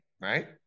Right